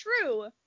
true